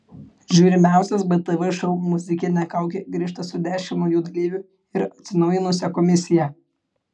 žiūrimiausias btv šou muzikinė kaukė grįžta su dešimt naujų dalyvių ir atsinaujinusia komisija